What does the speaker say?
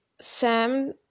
Sam